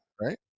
right